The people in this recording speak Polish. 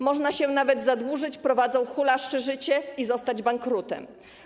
Można się nawet zadłużyć, prowadząc hulaszcze życie, i zostać bankrutem.